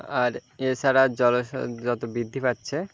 আর এছাড়া জনসংখ্যা যত বৃদ্ধি পাচ্ছে